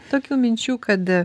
tokių minčių kad